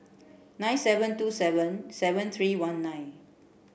nine seven two seven seven three one nine